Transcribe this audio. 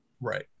right